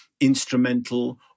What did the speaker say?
instrumental